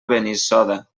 benissoda